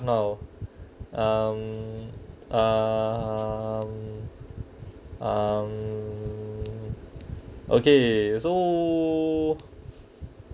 no um um um okay so